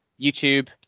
YouTube